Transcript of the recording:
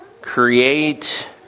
create